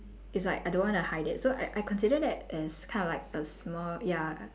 it's like I don't want to hide it so I I consider that as kind of like a small ya